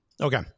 Okay